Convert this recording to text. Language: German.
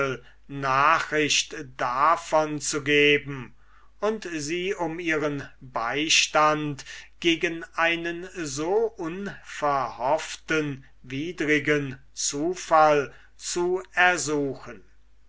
nachricht davon zu geben und sie um ihren beistand gegen einen so unverhofften widrigen zufall zu ersuchen